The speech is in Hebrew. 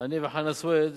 אני וחנא סוייד